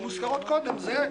זה יהיה